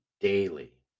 daily